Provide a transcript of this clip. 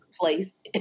place